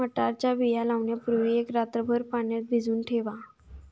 मटारच्या बिया लावण्यापूर्वी एक रात्रभर पाण्यात भिजवून ठेवा